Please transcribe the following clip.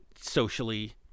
socially